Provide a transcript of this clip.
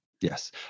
Yes